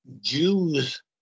Jews